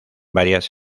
varias